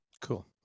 cool